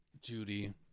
Judy